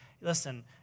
listen